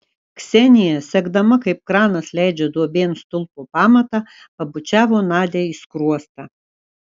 ksenija sekdama kaip kranas leidžia duobėn stulpo pamatą pabučiavo nadią į skruostą